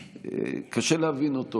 קשה להבין אותו,